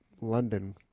london